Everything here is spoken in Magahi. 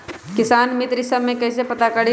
किसान मित्र ई सब मे कईसे पता करी?